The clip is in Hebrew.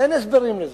אין הסברים לזה.